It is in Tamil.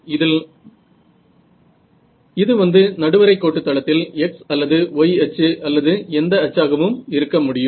இதில் இது வந்து நடுவரை கோட்டு தளத்தில் x அல்லது y அச்சு அல்லது எந்த அச்சாகவும் இருக்க முடியும்